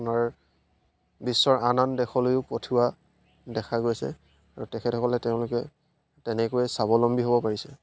আপোনাৰ বিশ্বৰ আন আন দেশলৈও পঠিওৱা দেখা গৈছে আৰু তেখেতসকলে তেওঁলোকে তেনেকৈয়ে স্বাৱলম্বী হ'ব পাৰিছে